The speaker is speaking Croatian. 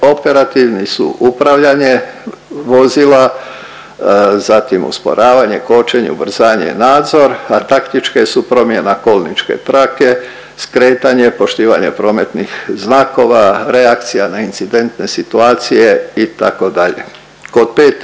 Operativni su upravljanje vozila, zatim usporavanje, kočenje, ubrzanje i nadzor, a taktičke su promjena kolničke trake, skretanje, poštivanje prometnih znakova, reakcija na incidentne situacije itd.